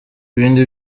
ibindi